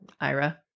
IRA